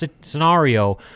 scenario